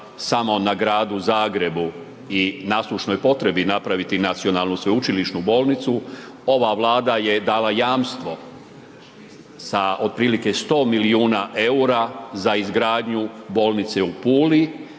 samo na Gradu Zagrebu i naslušnoj potrebni napraviti nacionalnu sveučilišnu bolnicu, ova Vlada je dala jamstvo sa otprilike 100 milijuna EUR-a za izgradnju bolnice u Puli